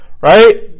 Right